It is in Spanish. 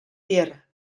tierra